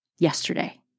yesterday